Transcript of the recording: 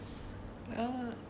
uh